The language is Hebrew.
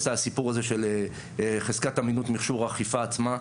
את הסיפור הזה של חזקת אמינות מכשור אכיפה עצמה,